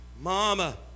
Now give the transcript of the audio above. mama